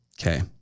Okay